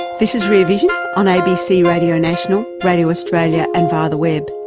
this is rear vision on abc radio national, radio australia and via the web.